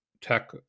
tech